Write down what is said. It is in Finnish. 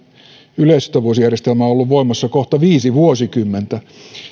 yleissitovuusjärjestelmä ollut voimassa kohta viisi vuosikymmentä